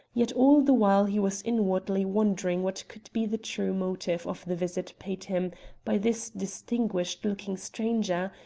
yet all the while he was inwardly wondering what could be the true motive of the visit paid him by this distinguished-looking stranger,